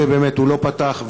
הוא באמת לא פתח.